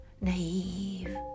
Naive